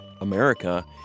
America